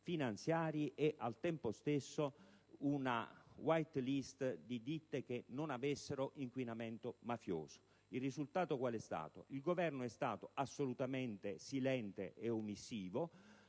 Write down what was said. finanziari e al tempo stesso una *White List* di ditte che non avessero inquinamento mafioso. Il risultato qual è stato? Il Governo è stato assolutamente silente e omissivo.